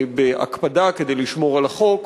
בהקפדה כדי לשמור על החוק,